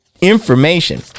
information